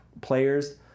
players